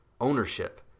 ownership